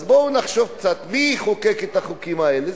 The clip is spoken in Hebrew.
אז בואו נחשוב קצת, מי חוקק את החוקים האלה?